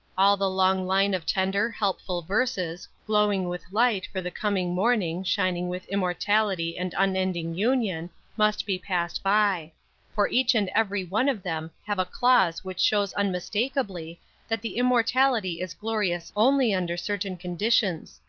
all the long line of tender, helpful verses, glowing with light for the coming morning, shining with immortality and unending union must be passed by for each and every one of them have a clause which shows unmistakably that the immortality is glorious only under certain conditions,